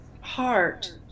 heart